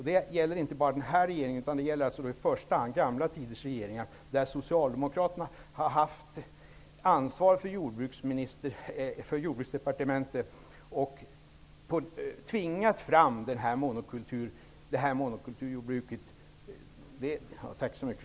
Det gäller inte bara den här regeringen utan i första hand tidigare regeringar, då Socialdemokraterna hade ansvaret för Jordbruksdepartementet och tvingade fram monokulturjordbruket.